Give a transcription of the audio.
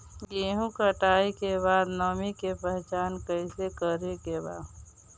गेहूं कटाई के बाद नमी के पहचान कैसे करेके बा?